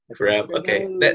Okay